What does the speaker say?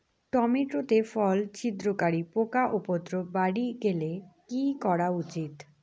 Tomato তে ফল ছিদ্রকারী পোকা উপদ্রব বাড়ি গেলে কি করা উচিৎ?